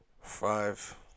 five